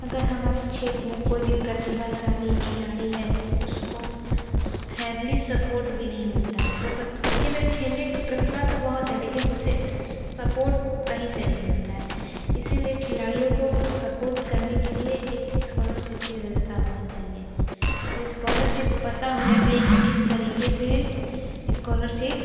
अगर हमारा क्षेत्र में कोई भी प्रतिभाशाली खिलाड़ी हैं तो उसको फैमिली सपोर्ट भी नहीं मिलता है वो पर उसके में खेलने की प्रतिभा तो बहुत है लेकिन उसे सपोर्ट कहीं से नहीं मिलता है इसीलिए खिलाड़ियों को सपोर्ट करने के लिए एक स्कॉलरशिप की व्यवस्था होनी चाहिए और ये स्कॉलरशिप पता होना चाहिए की किस तरीके से स्कॉलरशिप